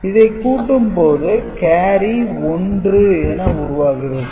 இதைக் கூட்டும்போது கேரி 1 என உருவாகிறது